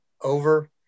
over